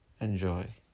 Enjoy